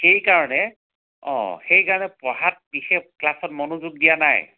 সেইকাৰণে সেইকাৰণে পঢ়াত বিশেষ ক্লাছত মনোযোগ দিয়া নাই